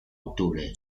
octubre